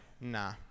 Nah